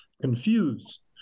confuse